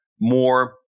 more